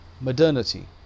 modernity